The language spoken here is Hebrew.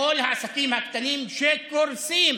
בכל העסקים הקטנים שקורסים.